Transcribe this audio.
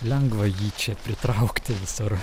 lengva jį čia pritraukti visur